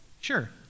sure